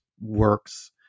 works